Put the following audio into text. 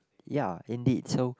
ya indeed so